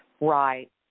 Right